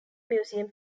museum